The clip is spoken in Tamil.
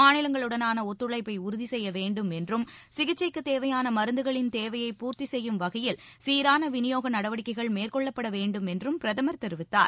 மாநிலங்களுடனான ஒத்துழைப்பட உறுதி செய்ய வேண்டும் என்றும் சிகிச்சைக்கு தேவையான மருந்துகளின் தேவையை பூர்த்தி செய்யும் வகையில் சீரான விநியோக நடவடிக்கைகள் மேற்கொள்ளப்பட வேண்டும் என்றும் பிரதமர் தெரிவித்தார்